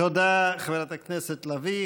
תודה, חברת הכנסת לביא.